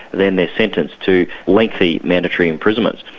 then they're sentenced to lengthy mandatory imprisonment.